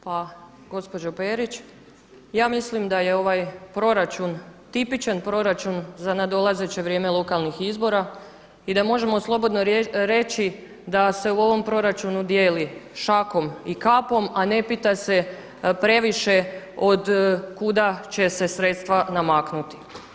Pa gospođo Perić, ja mislim da je ovaj proračun tipičan proračun za nadolazeće vrijeme lokalnih izbora i da možemo slobodno reći da se u ovom proračunu dijeli šakom i kapom, a ne pita se previše od kuda će se sredstva namaknuti.